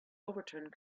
overturned